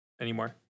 anymore